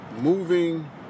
moving